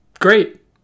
great